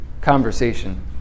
conversation